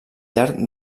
llarg